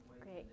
Great